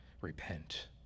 repent